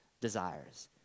desires